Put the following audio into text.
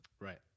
Right